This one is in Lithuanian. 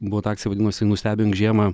buvo ta akcija vadinosi nustebink žiemą